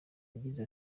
yagize